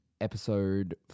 episode